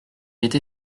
été